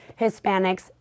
Hispanics